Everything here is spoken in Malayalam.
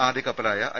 ആദ്യ കപ്പലായ ഐ